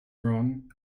wrong